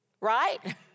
right